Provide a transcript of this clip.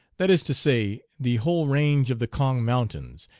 that is to say, the whole range of the kong mountains,